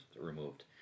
removed